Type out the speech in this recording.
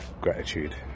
gratitude